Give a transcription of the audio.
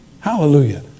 Hallelujah